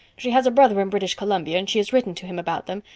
she has a brother in british columbia and she has written to him about them,